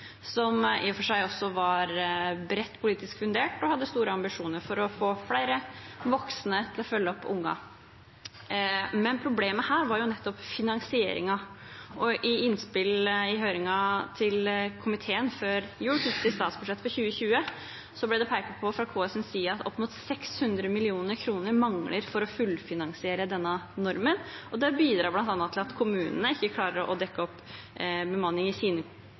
som i og for seg også var bredt politisk fundert, og hadde store ambisjoner for å få flere voksne til å følge opp ungene. Men problemet her var nettopp finansieringen. I innspill i høringen til komiteen før jul til statsbudsjettet for 2020 ble det pekt på fra KS’ side at opp mot 680 mill. kr mangler for å fullfinansiere denne normen. Det bidrar bl.a. til at kommunene ikke klarer å dekke opp bemanning i sine